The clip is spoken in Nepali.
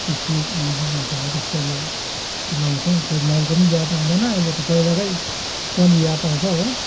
त्यो के मल पो भन्छ हौ त्यस्तो उयो लाउँछौँ खोइ मलको पनि याद आउँदैन पहिलाको पन्जी याद आउँछ हो